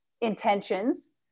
intentions